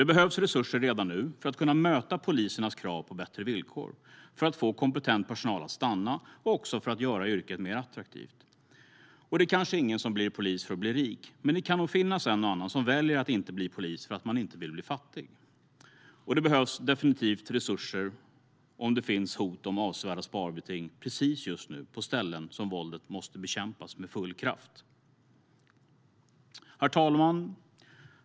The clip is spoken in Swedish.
Det behövs resurser redan nu för att kunna möta polisernas krav på bättre villkor, för att få kompetent personal att stanna och för att göra yrket mer attraktivt. Det kanske inte är någon som blir polis för att bli rik, men det kan nog finnas en och annan som väljer att inte bli polis för att man inte vill bli fattig. Det behövs definitivt resurser om det finns hot om avsevärda sparbeting just nu på ställen där våldet måste bekämpas med full kraft. Herr talman!